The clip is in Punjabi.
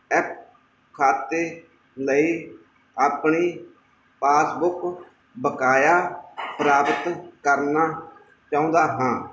ਐਫ ਖਾਤੇ ਲਈ ਆਪਣੀ ਪਾਸਬੁੱਕ ਬਕਾਇਆ ਪ੍ਰਾਪਤ ਕਰਨਾ ਚਾਹੁੰਦਾ ਹਾਂ